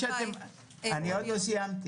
אני עוד לא סיימתי.